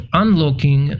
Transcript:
unlocking